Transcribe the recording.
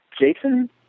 Jason